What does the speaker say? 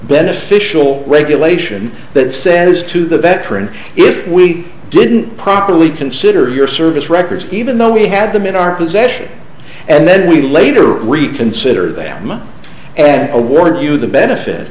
beneficial regulation that says to the veteran if we didn't properly consider your service records even though we had them in our possession and then we later reconsider them and award you the benefit